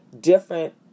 different